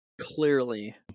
Clearly